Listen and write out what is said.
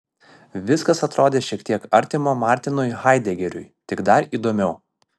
viskas atrodė šiek tiek artima martinui haidegeriui tik dar įdomiau